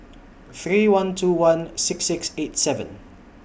three one two one six six eight seven